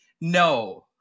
No